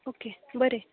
okay बरें